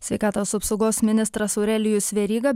sveikatos apsaugos ministras aurelijus veryga